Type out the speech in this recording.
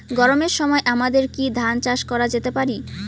গরমের সময় আমাদের কি ধান চাষ করা যেতে পারি?